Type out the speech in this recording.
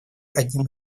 одним